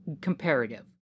comparative